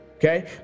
Okay